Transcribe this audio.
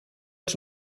els